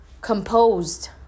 composed